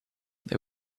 they